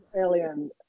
Alien